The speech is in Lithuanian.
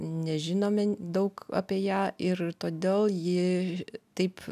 nežinome daug apie ją ir todėl ji taip